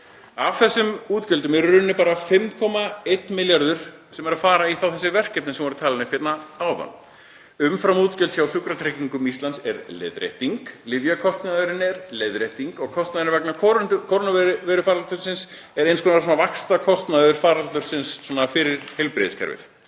Af þessum útgjöldum er í rauninni bara 5,1 milljarður sem er að fara í þessi verkefni sem voru talin upp hérna áðan. Umframútgjöld hjá Sjúkratryggingum Íslands er leiðrétting, lyfjakostnaðurinn er leiðrétting og kostnaðurinn vegna kórónuveirufaraldursins er eins konar vaxtakostnaður faraldursins fyrir heilbrigðiskerfið.